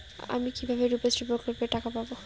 আমি কিভাবে রুপশ্রী প্রকল্পের টাকা পাবো?